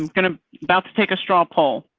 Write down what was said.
um kind of about to take a straw poll.